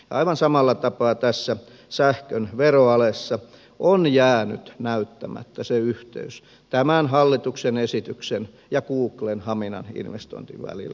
aivan samalla tapaa tässä sähkön veroalessa on jäänyt näyttämättä se yhteys tämän hallituksen esityksen ja googlen haminan investoinnin välillä